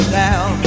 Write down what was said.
down